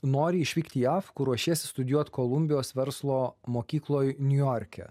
nori išvykt į jav kur ruošiesi studijuot kolumbijos verslo mokykloj niujorke